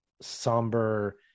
somber